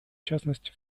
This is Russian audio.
частности